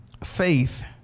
Faith